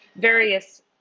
various